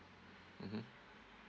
mmhmm